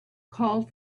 called